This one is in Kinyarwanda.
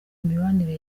imibanire